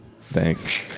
thanks